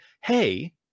hey